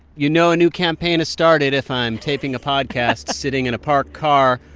you know a new campaign has started if i'm taping a podcast sitting in a parked car.